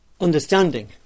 understanding